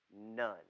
none